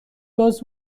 گاز